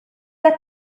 got